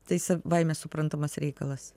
tai savaime suprantamas reikalas